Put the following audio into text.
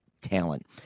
talent